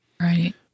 Right